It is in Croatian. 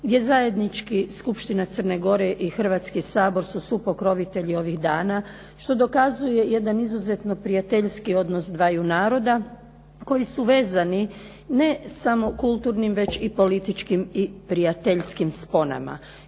gdje zajednički Skupština Crne Gore i hrvatski Sabor su supokrovitelji ovih dana. Što dokazuje jedan izuzetno prijateljski odnos dvaju naroda koji su vezani ne samo kulturnim već i političkim i prijateljskim sponama.